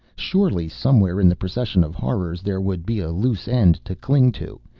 surely, somewhere in the procession of horrors, there would be a loose end to cling to.